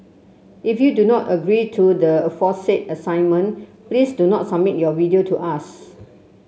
if you do not agree to the aforesaid assignment please do not submit your video to us